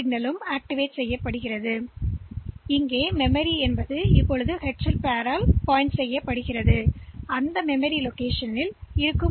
signal செயல்படுத்தப்படுகிறது போது memory என்று மெமரிஉள்ளடக்கத்தை தலைப்பு ஜோடி மூலம் சுட்டிக்காட்டினார் இதுஇடம்கொடுக்கும்மற்றும் மெமரி இடம் என்று உள்ளடக்கத்தைகிடைக்கும்